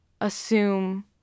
assume